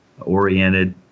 oriented